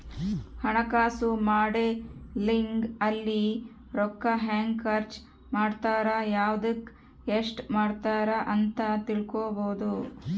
ಹಣಕಾಸು ಮಾಡೆಲಿಂಗ್ ಅಲ್ಲಿ ರೂಕ್ಕ ಹೆಂಗ ಖರ್ಚ ಮಾಡ್ತಾರ ಯವ್ದುಕ್ ಎಸ್ಟ ಮಾಡ್ತಾರ ಅಂತ ತಿಳ್ಕೊಬೊದು